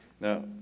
Now